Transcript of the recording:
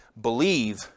believe